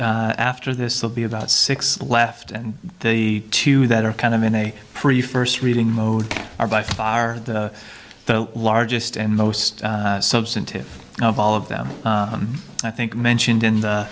after this will be about six left and the two that are kind of in a pretty first reading mode are by far the largest and most substantive of all of them i think mentioned in the